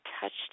touched